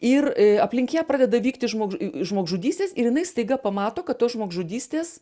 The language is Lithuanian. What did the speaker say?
ir aplink ją pradeda vykti žmogž žmogžudystės ir jinai staiga pamato kad tos žmogžudystės